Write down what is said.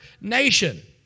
nation